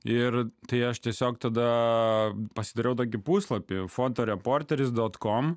ir tai aš tiesiog tada pasidariau tokį puslapį fotoreporteris dot kom